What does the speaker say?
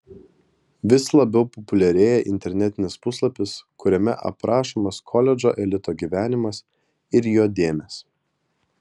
vis labiau populiarėja internetinis puslapis kuriame aprašomas koledžo elito gyvenimas ir jo dėmės